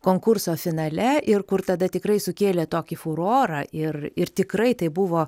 konkurso finale ir kur tada tikrai sukėlė tokį furorą ir ir tikrai tai buvo